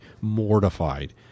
mortified